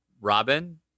Robin